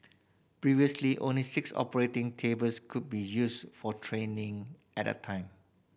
previously only six operating tables could be used for training at a time